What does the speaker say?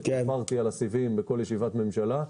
חפרתי על הסיבים בכל ישיבת ממשלה.